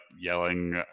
yelling